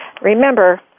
remember